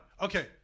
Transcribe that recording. Okay